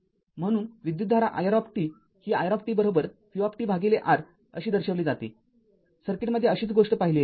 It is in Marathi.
म्हणूनविद्युतधारा iR ही iRvR अशी दर्शविली जातेसर्किटमध्ये अशीच गोष्ट पाहिली आहे